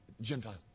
Gentile